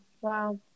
wow